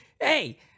hey